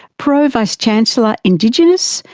pro vice-chancellor indigenous,